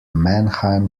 mannheim